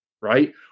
right